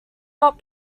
not